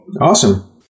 Awesome